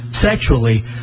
sexually